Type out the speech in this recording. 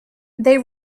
they